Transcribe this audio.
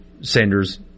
Sanders